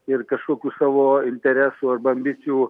ir kažkokių savo interesų arba ambicijų